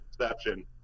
exception